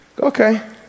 Okay